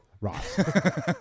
Right